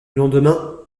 lendemain